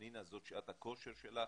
פנינה, זו שעת הכושר שלך,